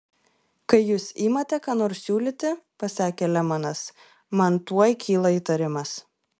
kai jūs imate ką nors siūlyti pasakė lemanas man tuoj kyla įtarimas